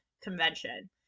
convention